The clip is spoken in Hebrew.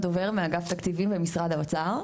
דנה דובר מאגף תקציבים במשרד האוצר.